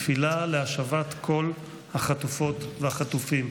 תפילה להשבת כל החטופות והחטופים.